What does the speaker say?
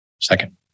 Second